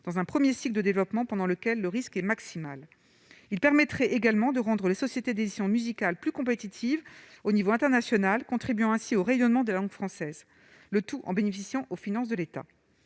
dans un 1er cycle de développement pendant lequel le risque est maximal il permettrait également de rendre les sociétés d'édition musicale plus compétitive au niveau international, contribuant ainsi au rayonnement de langue française, le tout en bénéficiant aux finances de l'État